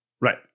right